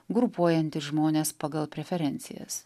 grupuojanti žmones pagal preferencijas